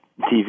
TV